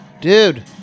Dude